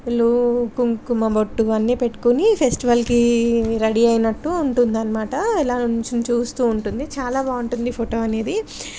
పూలు కుంకుమబొట్టు అన్నీ పెట్టుకొని ఫెస్టివల్కి రెడీ అయినట్టు ఉంటుంది అన్నమాట ఇలా నిలబడి చూస్తు ఉంటుంది చాలా బాగుంటుంది ఫోటో అనేది